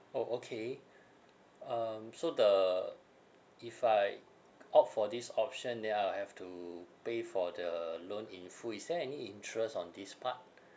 orh okay um so the if I opt for this option then I'll have to pay for the loan in full is there any interest on this part